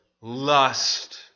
lust